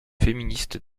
féministe